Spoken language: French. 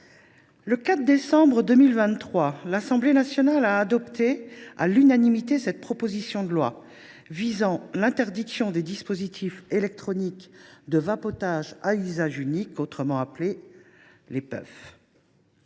Le 4 décembre 2023, l’Assemblée nationale a adopté à l’unanimité cette proposition de loi visant à interdire les dispositifs électroniques de vapotage à usage unique, également appelés puffs.